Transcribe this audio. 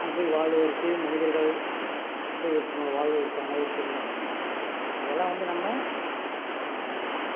அங்கே போய் வாழ்வதற்கு மனிதர்கள் போய் இப்போது வாழ்வதற்கான ஒரு சூழ்நிலை அமையும் இதெல்லாம் வந்து நம்ம